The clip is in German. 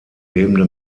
lebende